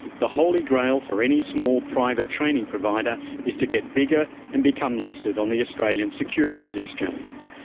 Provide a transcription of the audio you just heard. the holy grail for any small private training provider is to get bigger and become listed on the australian securities exchange.